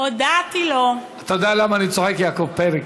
הודעתי לו, אתה יודע למה אני צוחק, יעקב פרי?